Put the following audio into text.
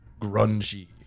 grungy